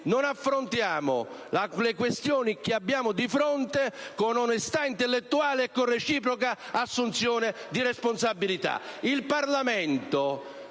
non affrontiamo le questioni che abbiamo di fronte con onestà intellettuale e con reciproca assunzione di responsabilità. Il Parlamento